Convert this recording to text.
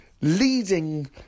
leading